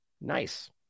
Nice